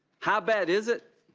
how bad is it?